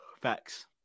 Facts